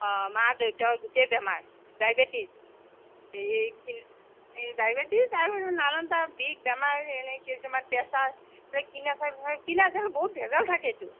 অ মা দেউতাৰ গোটেই বেমাৰ ডায়েবেটিছ এই ডায়েবেটিছ আৰু নানানটা বিষ বেমাৰ এনে কিছুমান প্ৰেচাৰ কিনা চাউল কিনা চাউল বহুত ভেজাল থাকেতো